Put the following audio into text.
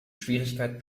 schwierigkeit